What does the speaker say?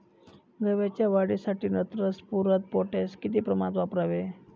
गव्हाच्या वाढीसाठी नत्र, स्फुरद, पोटॅश किती प्रमाणात वापरावे?